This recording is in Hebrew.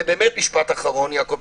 ובאמת משפט אחרון, יעקב.